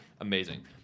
amazing